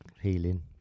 healing